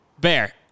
Bear